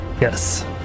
Yes